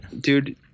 dude